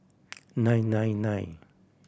nine nine nine